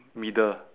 middle